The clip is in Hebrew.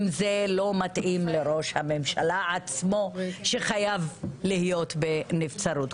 זה לא מתאים לראש הממשלה עצמו שחייב להיות בנבצרות,